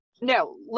No